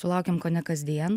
sulaukiam kone kasdien